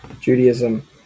Judaism